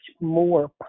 more